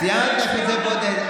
ציינת שזה בודד,